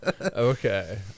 Okay